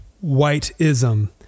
white-ism